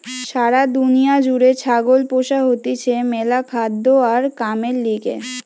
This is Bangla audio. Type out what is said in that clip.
সারা দুনিয়া জুড়ে ছাগল পোষা হতিছে ম্যালা খাদ্য আর কামের লিগে